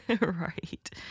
Right